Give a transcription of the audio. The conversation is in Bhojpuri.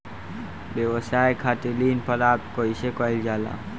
व्यवसाय खातिर ऋण प्राप्त कइसे कइल जाला?